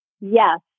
yes